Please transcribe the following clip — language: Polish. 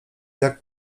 jak